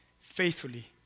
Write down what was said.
faithfully